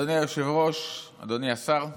אדוני היושב-ראש, אדוני השר,